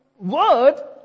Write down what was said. word